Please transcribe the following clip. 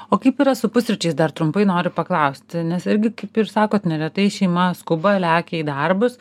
o kaip yra su pusryčiais dar trumpai noriu paklausti nes irgi kaip ir sakot neretai šeima skuba lekia į darbus